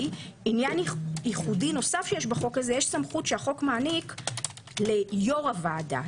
עניין ייחודי נוסף שיש בחוק הזה יש סמכות שהחוק מעניק ליו"ר הוועדה.